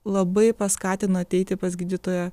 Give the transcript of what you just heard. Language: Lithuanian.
labai paskatino ateiti pas gydytoją